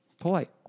polite